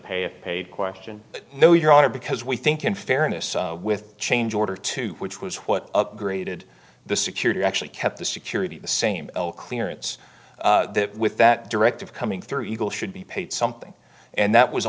pay of paid question no your honor because we think in fairness with change order to which was what upgraded the security actually kept the security the same clearance with that directive coming through eagle should be paid something and that was